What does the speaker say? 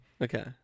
Okay